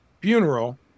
funeral